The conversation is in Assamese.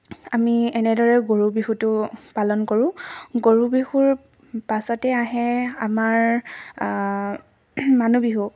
আমি এনেদৰেই গৰু বিহুটো পালন কৰোঁ গৰু বিহুৰ পাছতে আহে আমাৰ মানুহ বিহু